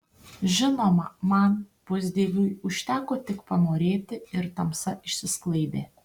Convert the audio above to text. žinoma man pusdieviui užteko tik panorėti ir tamsa išsisklaidė